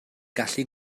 gallu